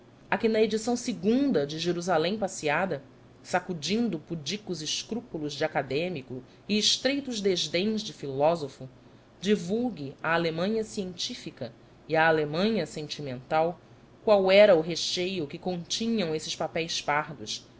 que na edição segunda de jerusalém passeada sacudindo pudicos escrúpulos de acadêmico e estreitos desdéns de filósofo divulgue à alemanha científica e à alemanha sentimental qual era o recheio que continham esses papéis pardos